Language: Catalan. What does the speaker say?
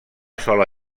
sola